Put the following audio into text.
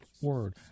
word